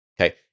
Okay